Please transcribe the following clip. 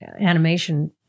animation